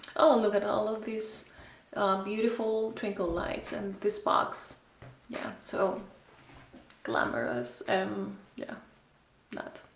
oh, look at all of these beautiful twinkle lights and this box yeah, so glamorous and yeah that